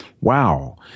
wow